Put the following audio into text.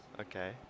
Okay